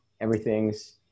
everything's